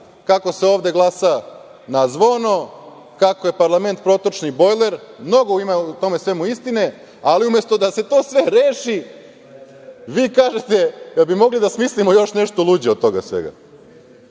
kako se ovde glasa na zvono, kako je parlament protočni bojler. Mnogo ima u tome svemu istine, ali umesto da se to sve reši, vi kažete da bi mogli da smislimo još nešto luđe od toga svega. Dakle,